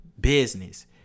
business